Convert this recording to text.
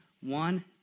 One